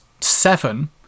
seven